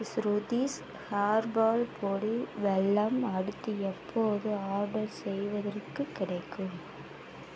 Shruthis herbal பொடி வெல்லம் அடுத்து எப்போது ஆர்டர் செய்வதற்குக் கிடைக்கும்